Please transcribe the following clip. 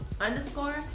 underscore